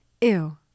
ew